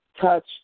touch